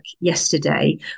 yesterday